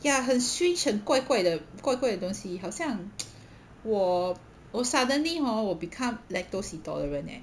ya 很 strange 很怪怪的怪怪的东西好像 我我 suddenly hor 我 become lactose intolerant leh